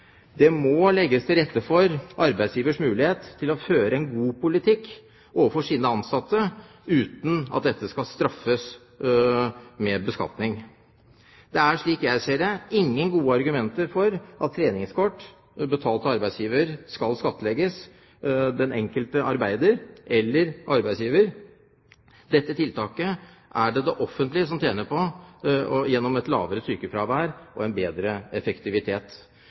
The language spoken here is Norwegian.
Det må legges til rette for arbeidsgivers mulighet til å føre en god politikk overfor sine ansatte uten at dette skal straffes med beskatning. Det er, slik jeg ser det, ingen gode argumenter for at treningskort betalt av arbeidsgiver skal skattlegges den enkelte arbeider eller arbeidsgiver. Dette tiltaket er det det offentlige som tjener på, gjennom et lavere sykefravær og bedre effektivitet.